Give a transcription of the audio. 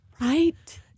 Right